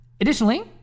Additionally